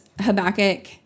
Habakkuk